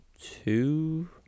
two